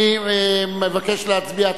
אני מבקש להצביע.